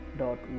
dot